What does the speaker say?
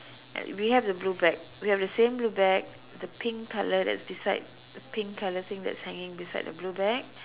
and we have the blue bag we have the same blue bag the pink colour that's beside the pink colour thing that's hanging beside the blue bag